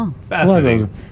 Fascinating